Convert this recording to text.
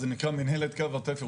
זה נקרא מנהלת קו התפר.